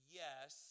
yes